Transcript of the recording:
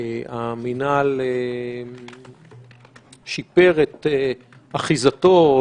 המינהל שיפר את אחיזתו,